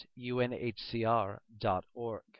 unhcr.org